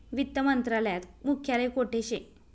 वित्त मंत्रालयात मुख्यालय कोठे शे